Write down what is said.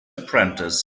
apprentice